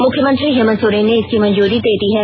मुख्यमंत्री हेमन्त सोरेन ने इसकी मंजूरी दे दी है